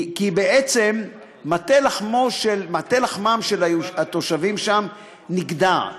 כי בעצם מטה לחמם של התושבים שם נגדע.